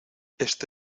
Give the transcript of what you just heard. este